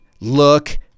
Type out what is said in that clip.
Look